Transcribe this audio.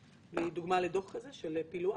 דוגמה לדוח כזה, של פילוח?